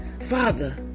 Father